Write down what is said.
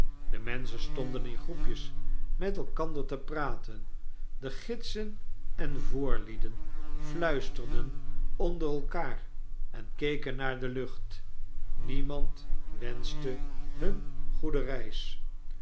de menschen stonden in groepjes met elkander te praten de gidsen en voerlieden fluisterden onder elkaar en keken naar de lucht niemand wenschte hun goede reis